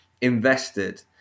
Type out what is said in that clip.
invested